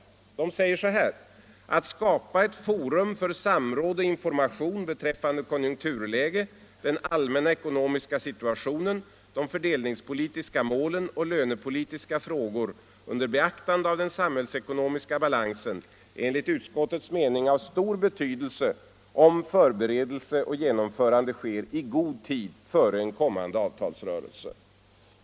Finansutskottet säger: ”Att skapa ett forum för samråd och information beträffande konjunkturläge, den allmänna ekonomiska sivuationen, de fördelningspolitiska målen och lönepolitiska frågor under beaktande av den samhällsekonomiska balansen är enligt utskottets mening av stor betydelse om förberedelse och genomförande sker i god tid före en kommande avtalsrörelse.